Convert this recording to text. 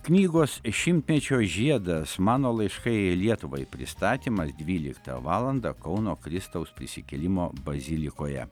knygos šimtmečio žiedas mano laiškai lietuvai pristatymas dvyliktą valandą kauno kristaus prisikėlimo bazilikoje